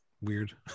weird